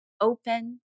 open